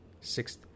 Sixth